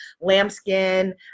lambskin